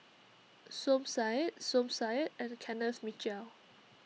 Som Said Som Said and Kenneth Mitchell